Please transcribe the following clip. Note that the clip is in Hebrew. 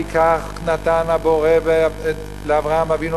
כי כך נתן הבורא לאברהם אבינו,